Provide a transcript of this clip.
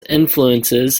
influences